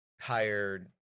hired